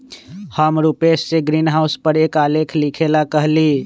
हम रूपेश से ग्रीनहाउस पर एक आलेख लिखेला कहली